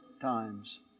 times